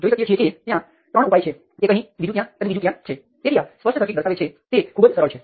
સામાન્ય રીતે મારી પસંદગી નોડલ વિશ્લેષણ માટે છે તે એટલા માટે છે કે સામાન્ય રીતે નોડને ઓળખવા ખૂબ જ સરળ છે